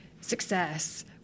success